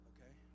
Okay